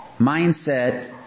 mindset